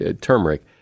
turmeric